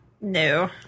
No